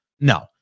no